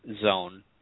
zone